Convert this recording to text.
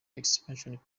expansion